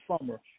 summer